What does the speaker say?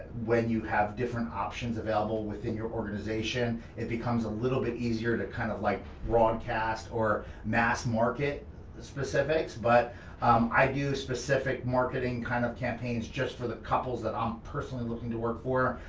when you have different options available within your organisation, it becomes a little bit easier to kind of like broadcast or mass market the specifics, but i do specific marketing kind of campaigns, just for the couples that i'm personally looking to work for,